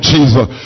Jesus